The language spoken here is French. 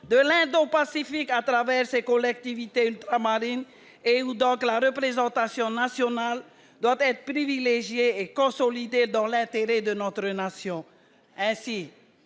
de l'Indo-Pacifique à travers ses collectivités ultramarines, où la représentation nationale doit être privilégiée et consolidée dans l'intérêt de notre nation.